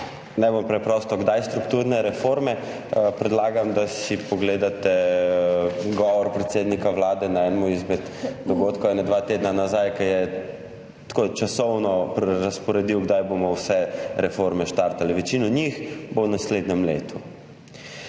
Najbolj preprosto – kdaj strukturne reforme. Predlagam, da si pogledate govor predsednika Vlade na enem izmed dogodkov kakšna dva tedna nazaj, ko je časovno razporedil, kdaj bomo z vsemi reformami startali. Večina njih bo v naslednjem letu.